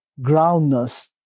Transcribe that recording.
groundness